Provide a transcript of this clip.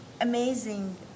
amazing